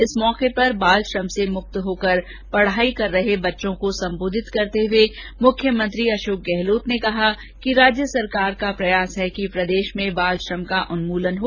इस मौके पर बाल श्रम से मुक्त होकर पढाई कर रहे बच्चों को सम्बोधित करते हुए मुख्यमंत्री अशोक गहलोत ने कहा कि राज्य सरकार का प्रयास है कि प्रदेश में बाल श्रम का उन्मूलन हो